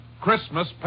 Christmas